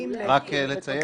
ומביאים לתוצאה --- רק לציין,